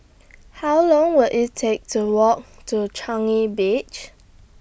How Long Will IT Take to Walk to Changi Beach